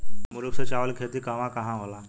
मूल रूप से चावल के खेती कहवा कहा होला?